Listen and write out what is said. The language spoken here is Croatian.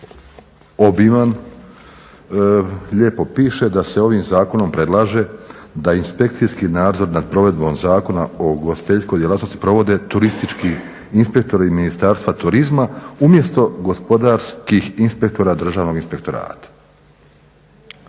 obilan, lijepo piše da se ovim zakonom predlaže da inspekcijski nadzor nad provedbom Zakona o ugostiteljskoj djelatnosti provode turistički inspektori Ministarstva turizma umjesto gospodarskih inspektora Državnog inspektorata.